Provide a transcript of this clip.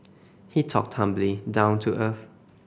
he talked humbly down to earth